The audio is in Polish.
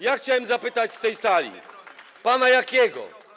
Ja chciałem zapytać z tej sali pana Jakiego.